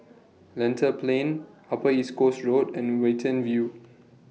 Lentor Plain Upper East Coast Road and Watten View